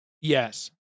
Yes